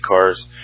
cars